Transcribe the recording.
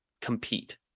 compete